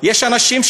יש אנשים,